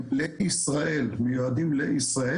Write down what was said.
הם מיועדים לישראל,